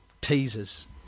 teasers